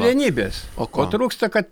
vienybės ko trūksta kad